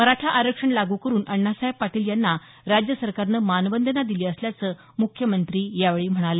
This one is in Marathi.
मराठा आरक्षण लागू करून अण्णासाहेब पाटील यांना राज्यसरकारनं मानवंदना दिली असल्याचं मुख्यमंत्री यावेळी म्हणाले